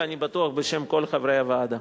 ואני בטוח שבשם כל חברי הוועדה.